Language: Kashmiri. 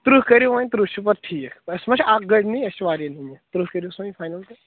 تٕرٕہ کٔرِو وۄنۍ تٕرٕہ چھِ پتہٕ ٹھیٖک اسہِ ما چھِ اکھ گٲڑۍ نِنۍ اسہِ چھِ واریاہ نِنہٕ تٕرٕہ کٔرِۍہوٗس وۅنۍ فاینل تہٕ